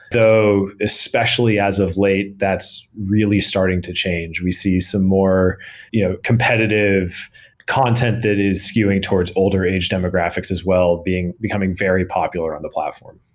though especially as of late, that's really starting to change. we see some more you know competitive content that is skewing towards older age demographics as well becoming very popular on the platform.